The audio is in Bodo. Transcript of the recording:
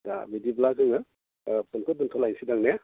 दा बिदिब्ला जोङो फ'नखौ दोनथ'लायनोसैदां ने